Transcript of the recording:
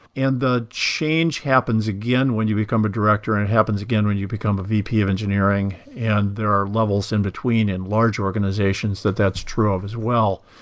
and the change happens again when you become a director and it happens again when you become a vp of engineering and there are levels in between in large organizations that that's true of as well.